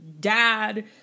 dad